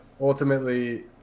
ultimately